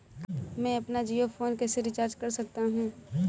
मैं अपना Jio phone कैसे रिचार्ज कर सकता हूँ?